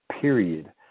period